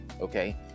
okay